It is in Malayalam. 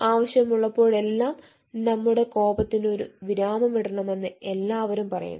ആവശ്യമുള്ളപ്പോഴെല്ലാം നമ്മുടെ കോപത്തിന് ഒരു വിരാമമിടണമെന്ന് എല്ലാവരും പറയുന്നു